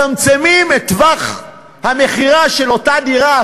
מצמצמים את טווח המכירה של אותה דירה,